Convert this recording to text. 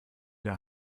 der